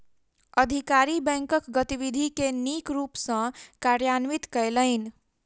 अधिकारी बैंकक गतिविधि के नीक रूप सॅ कार्यान्वित कयलैन